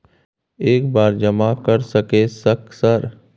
एक बार जमा कर सके सक सर?